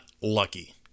lucky